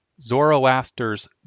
zoroaster's